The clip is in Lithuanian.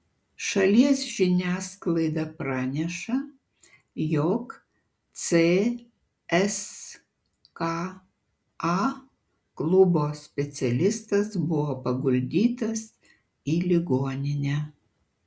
šalies žiniasklaida praneša jog cska klubo specialistas buvo paguldytas į ligoninę